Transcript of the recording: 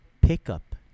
pickup